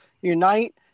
Unite